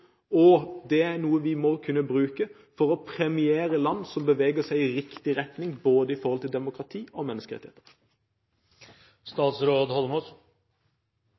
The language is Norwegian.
Det er noe vi må kunne bruke for å premiere land som beveger seg i riktig retning når det gjelder både demokrati og